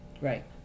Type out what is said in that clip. Right